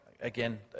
again